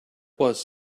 was